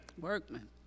Workman